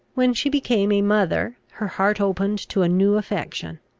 when she became a mother her heart opened to a new affection.